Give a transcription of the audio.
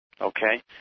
Okay